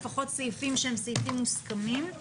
לפחות סעיפים שהם סעיפים מוסכמים,